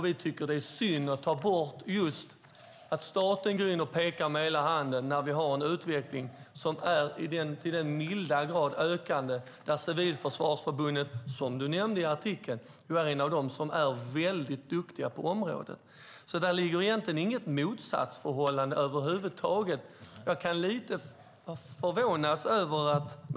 Vi tycker att det vore synd om staten gick in och pekade med hela handen när vi har en sådan god utveckling. Civilförsvarsförbundet, som du nämnde, hör till dem som är väldigt duktiga på området. Där råder egentligen inget motsatsförhållande över huvud taget.